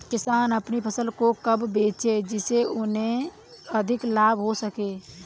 किसान अपनी फसल को कब बेचे जिसे उन्हें अधिक लाभ हो सके?